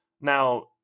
Now